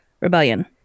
rebellion